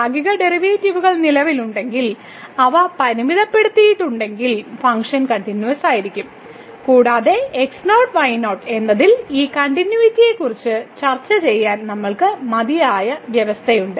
ഭാഗിക ഡെറിവേറ്റീവുകൾ നിലവിലുണ്ടെങ്കിൽ അവ പരിമിതപ്പെടുത്തിയിട്ടുണ്ടെങ്കിൽ ഫംഗ്ഷൻ കണ്ടിന്യൂവസ്സായിരി ക്കും കൂടാതെ x0 y0 എന്നതിൽ ഈ കണ്ടിന്യൂയിറ്റിയെക്കുറിച്ച് ചർച്ചചെയ്യാൻ നമ്മൾക്ക് മതിയായ വ്യവസ്ഥയുണ്ട്